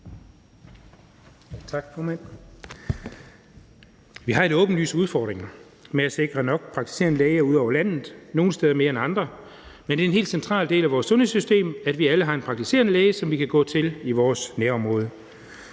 Vi har en åbenlys udfordring med at sikre nok praktiserende læger ud over landet – nogle steder mere end andre. Men det er en helt central del af vores sundhedssystem, at vi alle har en praktiserende læge, som vi kan gå til i vores nærområde.